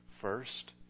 first